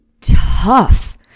tough